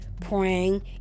praying